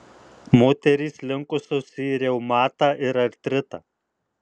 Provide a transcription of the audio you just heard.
moterys linkusios į reumatą ir artritą